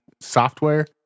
software